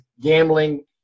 gambling